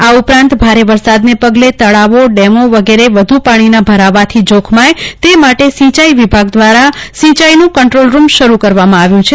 આ ઉપરાંત ભારે વરસાદને પગલે તળાવો ડેમો વગેરે વધુ પાણીના ભરવાથી જોખમાથ તે માટે સિંચાઈ વિભાગ દ્વારા સીન્ચીનું કન્રોલ રૂમ શરુ કરવામાં આવ્યો છે